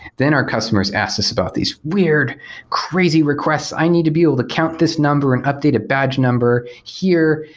then our customers asks us about these weird crazy requests, requests, i need to be able to count this number and updated badge number here,